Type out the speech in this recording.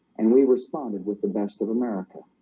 and we responded with the best of america